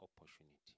opportunity